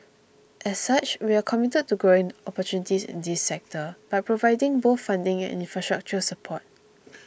as such we are committed to growing the opportunities in this sector by providing both funding and infrastructure support